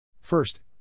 First